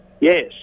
Yes